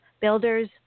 builders